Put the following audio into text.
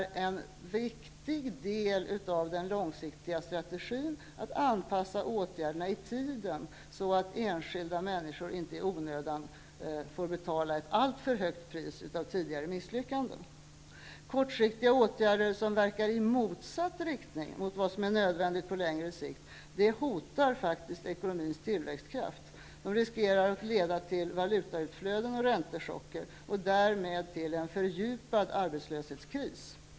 En viktig del av den långsiktiga strategin är just anpassningen av åtgärderna i tiden, så att enskilda människor inte i onödan får betala ett alltför högt pris för tidigare misslyckanden. Kortsiktiga åtgärder som verkar i motsatt riktning mot vad som är nödvändigt på längre sikt hotar faktiskt ekonomins tillväxtkraft. De riskerar att leda till valutautflöden och räntechocker och därmed till en fördjupad arbetslöshetskris.